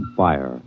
fire